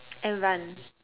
and run